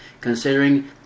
considering